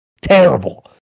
Terrible